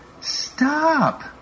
Stop